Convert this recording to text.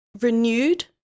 renewed